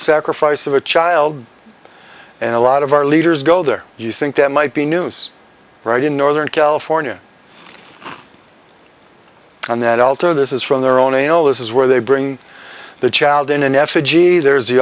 sacrifice of a child and a lot of our leaders go there you think that might be news right in northern california and that alter this is from their own in oh this is where they bring the child in an effigy there's the